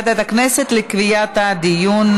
התשע"ט 2018,